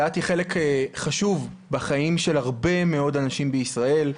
דת היא חלק חשוב בחיים של הרבה מאוד אנשים בישראל.